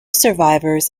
survivors